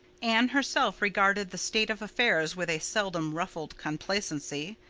anne herself regarded the state of affairs with a seldom-ruffled complacency.